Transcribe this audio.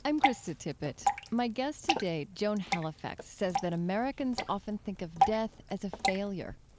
i'm krista tippett. my guest today, joan halifax, says that americans often think of death as a failure.